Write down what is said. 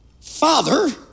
father